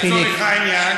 לצורך העניין,